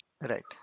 Right